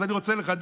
אז אני רוצה לחדד: